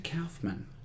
Kaufman